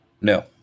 no